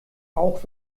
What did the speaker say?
auch